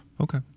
Okay